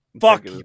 fuck